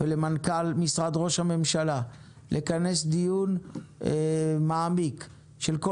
ולמנכ"ל משרד ראש הממשלה לכנס דיון מעמיק של כל